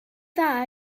dda